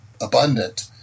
abundant